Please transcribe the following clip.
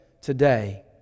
today